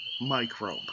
microbe